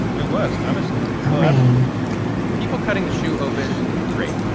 it was, and honestly. oh, absolutely people cutting the shoe open? great.